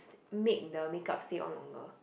make the make up stay on longer